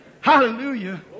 Hallelujah